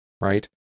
right